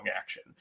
action